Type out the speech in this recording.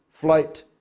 Flight